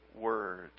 word